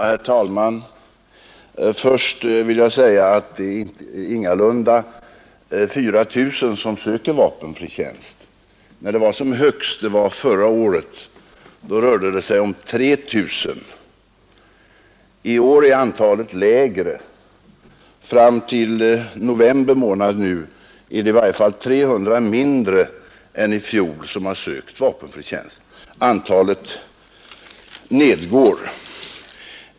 Herr talman! Först vill jag säga att det ingalunda är 4 000 som söker vapenfri tjänst. När antalet var som högst — det var förra året — rörde det sig om 3 000. I är är antalet lägre. Fram till november månad detta år är det i varje fall 300 färre än i fjol som har sökt vapenfri tjänst. Antalet går alltsa ned.